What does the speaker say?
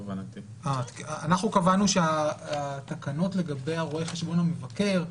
קבענו שהתקנות לגבי רואה החשבון המבקר,